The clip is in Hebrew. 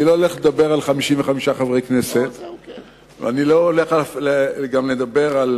אני לא הולך לדבר על 55 חברי כנסת ואני גם לא הולך לדבר על